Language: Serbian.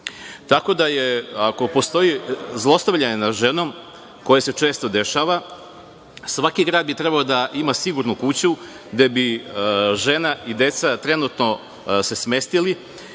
Tako da, ako postoji zlostavljanje nad ženom, koje se često dešava, svaki grad bi trebalo da ima sigurnu kuću gde bi žena i deca trenutno se smestili,